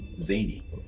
Zany